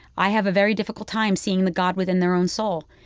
i have a very difficult time seeing the god within their own soul.